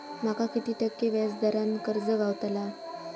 माका किती टक्के व्याज दरान कर्ज गावतला?